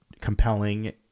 compelling